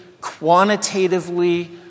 quantitatively